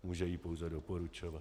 Může jí pouze doporučovat.